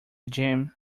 gym